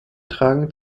tragen